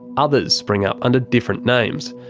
others spring up under different names.